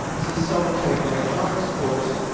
so someone taking economics course.